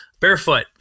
Barefoot